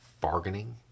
bargaining